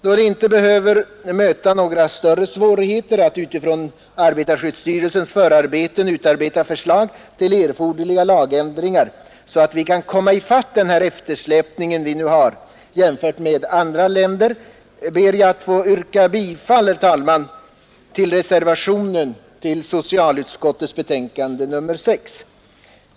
Då det inte behöver möta några större svårigheter att med utgangspunkt i arbetarskyddsstyrelsens förarbete göra upp förslag till erforderliga lagändringar så att vi kan komma i fatt den efter: jämfört med andra länder ber jag, herr talman, att få yrka bifall till reservationen vid socialutskottets betänkande nr 6.